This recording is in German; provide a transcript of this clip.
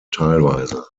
teilweise